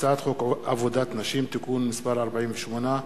הצעת חוק עבודת נשים (תיקון מס' 48),